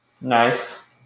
Nice